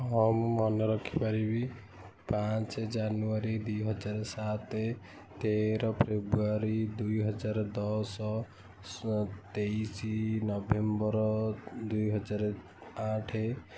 ହଁ ମୁଁ ମନେ ରଖିପାରିବି ପାଞ୍ଚ ଜାନୁଆରୀ ଦୁଇ ହଜାର ସାତ ତେର ଫେବୃଆରୀ ଦୁଇ ହଜାର ଦଶ ତେଇଶି ନଭେମ୍ବର ଦୁଇ ହଜାର ଆଠ